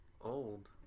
old